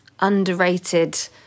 underrated